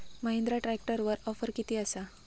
महिंद्रा ट्रॅकटरवर ऑफर किती आसा?